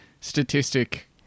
statistic